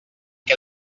que